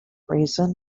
reason